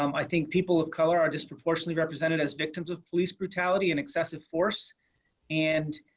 um i think people of color are disproportionately represented as victims of police brutality and excessive force and